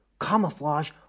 Camouflage